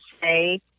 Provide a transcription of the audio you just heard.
say